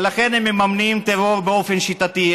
ולכן הם מממנים טרור באופן שיטתי,